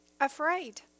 afraid